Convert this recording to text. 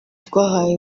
twahawe